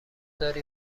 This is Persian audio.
داری